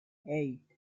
eight